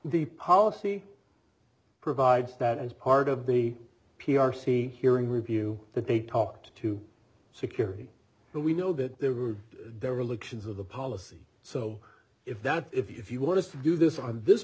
the policy provides that as part of the p r c hearing review that they talked to security but we know that they were there were elections of the policy so if that's if you want to do this on this